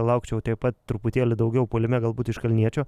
laukčiau taip pat truputėlį daugiau puolime galbūt iš kalniečio